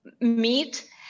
meet